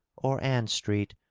or ann street,